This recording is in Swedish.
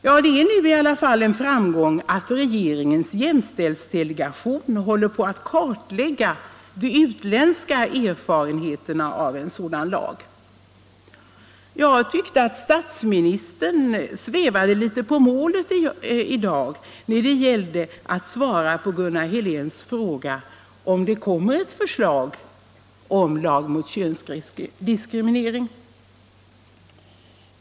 Jag tyckte att statsministern svävade litet på målet då det gällde att svara på Gunnar Heléns fråga om det kommer ett förslag till lag mot könsdiskriminering. Det är i varje fall en framgång att regeringens jämställdhetsdelegation håller på att kartlägga de utländska erfarenheterna av en sådan lag.